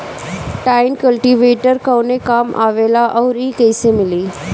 Tine cultivator कवने काम आवेला आउर इ कैसे मिली?